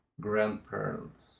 grandparents